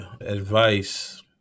advice